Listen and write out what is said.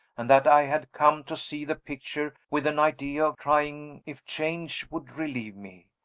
and that i had come to see the picture with an idea of trying if change would relieve me.